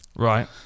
right